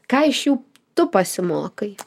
ką iš jų tu pasimokai